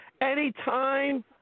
Anytime